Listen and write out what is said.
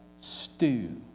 stew